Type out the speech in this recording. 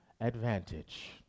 advantage